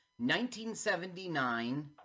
1979